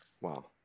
Wow